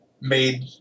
made